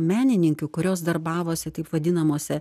menininkių kurios darbavosi taip vadinamose